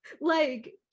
Like-